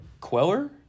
Queller